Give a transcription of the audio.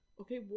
Okay